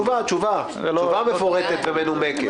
תשובה מפורטת ומנומקת.